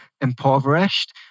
impoverished